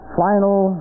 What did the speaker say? final